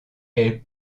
elle